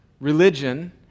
religion